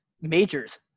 majors